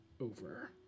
over